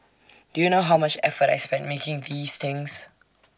do you know how much effort I spent making these things